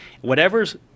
Whatever's